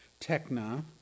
tekna